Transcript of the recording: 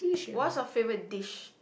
what's your favorite dish